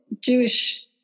Jewish